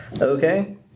Okay